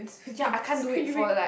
ya I can't do it for like